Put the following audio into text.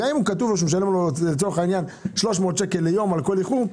גם אם כתוב שהוא משלם 300 שקלים ליום בגין איחור,